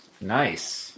nice